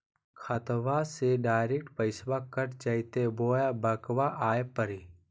खाताबा से डायरेक्ट पैसबा कट जयते बोया बंकबा आए परी?